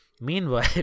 meanwhile